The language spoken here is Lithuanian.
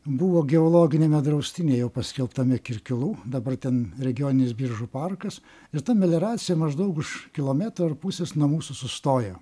buvo geologiniame draustinyje jau paskelbtame kirkilų dabar ten regioninis biržų parkas ir ta melioracija maždaug už kilometro ar pusės nuo mūsų sustojo